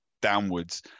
downwards